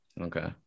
Okay